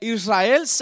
Israel